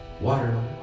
Water